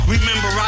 Remember